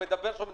רק מעכשיו.